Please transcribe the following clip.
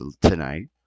tonight